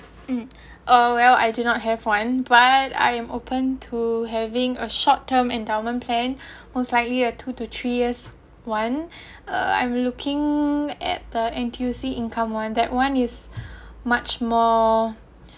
mm oh well I do not have one but I am open to having a short term endowment plan was slightly a two to three years [one] uh I'm looking at the N_T_U_C income [one] that one is much more